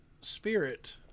Spirit